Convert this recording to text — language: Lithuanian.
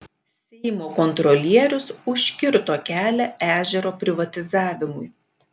seimo kontrolierius užkirto kelią ežero privatizavimui